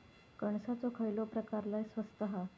कणसाचो खयलो प्रकार लय स्वस्त हा?